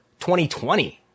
2020